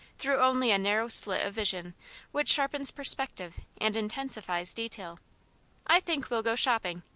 through only a narrow slit of vision which sharpens perspective and intensifies detail i think we'll go shopping.